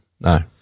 no